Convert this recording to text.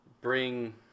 bring